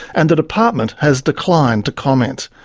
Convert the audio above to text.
and the department has declined to comment.